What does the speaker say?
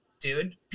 dude